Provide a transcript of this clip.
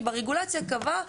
כי ברגולציה נקבע,